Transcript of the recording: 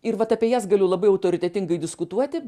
ir vat apie jas galiu labai autoritetingai diskutuoti